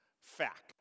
Fact